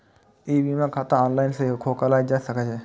ई बीमा खाता ऑनलाइन सेहो खोलाएल जा सकैए